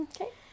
Okay